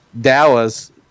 Dallas